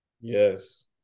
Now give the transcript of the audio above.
Yes